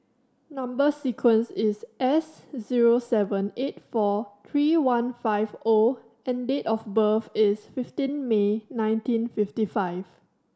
number sequence is S zero seven eight four three one five O and date of birth is fifteen May nineteen fifty five